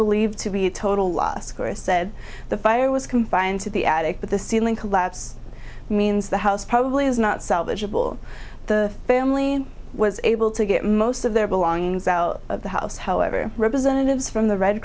believed to be a total loss chris said the fire was confined to the attic but the ceiling collapse means the house probably is not salvageable the family was able to get most of their belongings out of the house however representatives from the red